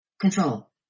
Control